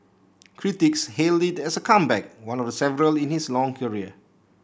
critics hailed it as a comeback one of the several in his long career